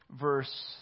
verse